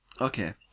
Okay